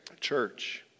church